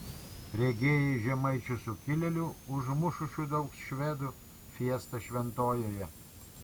regėjai žemaičių sukilėlių užmušusių daug švedų fiestą šventojoje